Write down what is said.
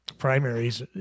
primaries